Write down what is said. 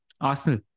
Arsenal